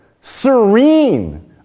serene